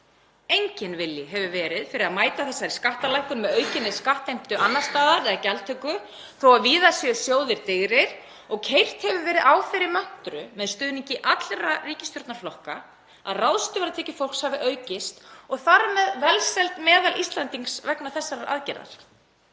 Enginn vilji hefur verið fyrir því að mæta þessari skattalækkun með aukinni skattheimtu annars staðar eða gjaldtöku, þó að víða séu sjóðir digrir, og keyrt hefur verið á þeirri möntru, með stuðningi allra ríkisstjórnarflokka, að ráðstöfunartekjur fólks hafi aukist og þar með velsæld meðal-Íslendings vegna þessarar aðgerðar.